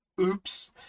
oops